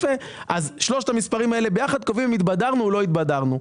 אז שלושת המספרים האלה ביחד קובעים אם התבדרנו או לא התבדרנו.